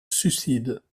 suicide